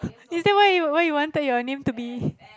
is that why you why you wanted your name to be